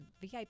VIP